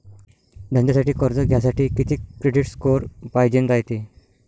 धंद्यासाठी कर्ज घ्यासाठी कितीक क्रेडिट स्कोर पायजेन रायते?